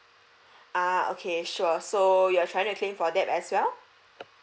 ah okay sure so you're trying to claim for that as well